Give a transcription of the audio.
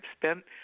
spent